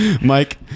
Mike